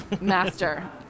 Master